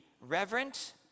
reverent